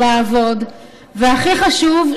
לעבוד / והכי חשוב,